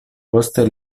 poste